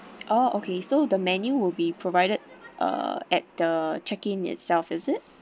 oh okay so the menu will be provided uh at the check in itself is it